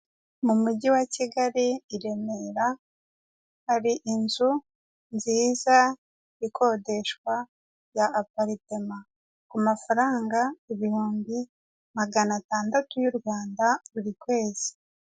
Mu mujyi wa Kigali i Remera hari inzu nziza ikodeshwa ya aparitema, ku mafaranga ibihumbi magana atandatu y'u Rwanda buri kwezi.